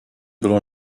bylo